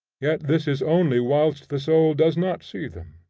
yet this is only whilst the soul does not see them.